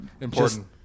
Important